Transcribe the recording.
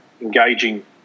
engaging